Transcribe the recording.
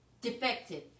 Defective